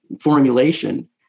formulation